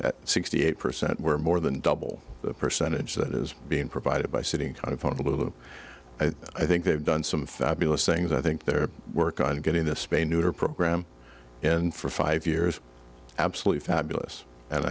at sixty eight percent we're more than double the percentage that is being provided by sitting kind of one of the i think they've done some fabulous things i think their work on getting the spain to her program and for five years absolutely